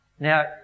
Now